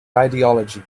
ideology